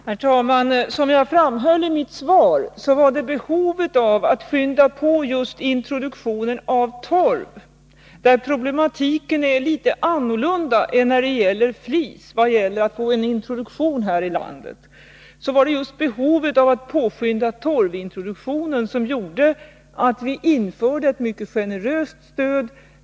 Herr talman! Som jag framhöll i mitt svar, var det behovet av att skynda på just introduktionen av torv, där problematiken är litet annorlunda än när det gäller flis i fråga om att få en introduktion här i landet, som gjorde att vi införde ett mycket generöst stöd.